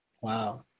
Wow